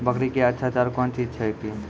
बकरी क्या अच्छा चार कौन चीज छै के?